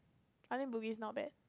I think Bugis is not bad